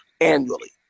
annually